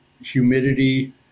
Humidity